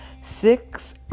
six